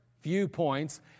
viewpoints